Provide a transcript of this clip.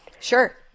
Sure